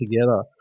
together